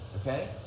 okay